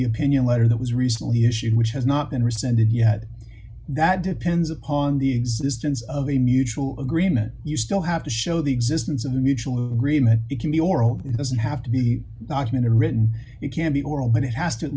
the opinion letter that was recently issued which has not been rescinded yet that depends upon the existence of a mutual agreement you still have to show the existence of a mutual agreement it can be oral it doesn't have to be documented written it can be oral but it has to at